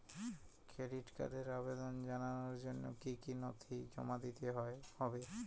Credit কার্ডের আবেদন জানানোর জন্য কী কী নথি জমা দিতে হবে?